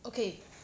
okay